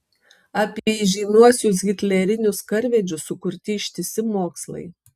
apie įžymiuosius hitlerinius karvedžius sukurti ištisi mokslai